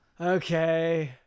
Okay